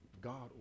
God